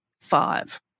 five